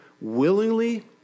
willingly